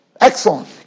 Excellent